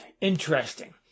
interesting